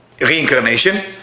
Reincarnation